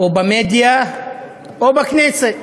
או במדיה או בכנסת.